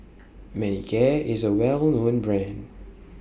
Manicare IS A Well known Brand